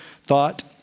thought